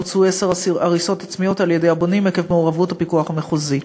בוצעו עשר הריסות עצמיות על-ידי הבונים עקב מעורבות הפיקוח המחוזי.